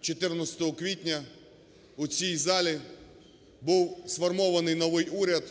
14 квітня у цій залі був сформований новий уряд